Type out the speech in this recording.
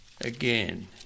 again